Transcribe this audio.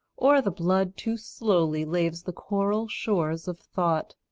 or the blood too slowly laves the coral shores of thought,